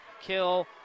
Kill